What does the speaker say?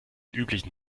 üblichen